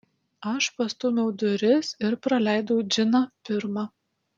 aš pastūmiau duris ir praleidau džiną pirmą